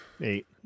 Eight